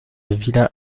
villa